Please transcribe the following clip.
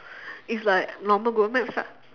it's like normal google maps lah